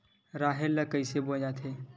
राहेर ल कइसे बोय जाथे?